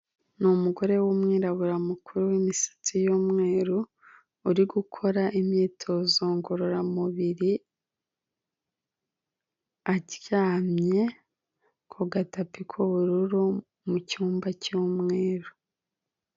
Ni umugore w'umwirabura mukuru w'imisatsi y'umweru uri gukora imyitozo ngororamubiri, aryamye ku gatapi k'ubururu mu cyumba cy'umweru.